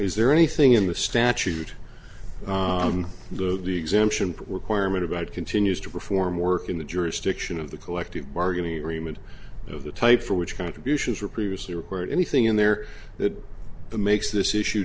is there anything in the statute the exemption put requirement about continues to perform work in the jurisdiction of the collective bargaining agreement of the type for which contributions were previously recorded anything in there that makes this issue